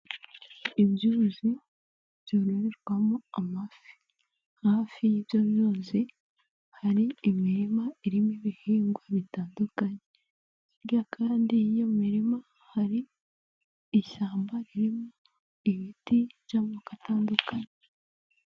Ibyuzi byororerwamo amafi, hafi y'ibyo byuzi hari imirima irimo ibihingwa bitandukanye, hirya kandi y'iyo mirima hari ishyamba ririmo ibiti by'amoko atandukanye.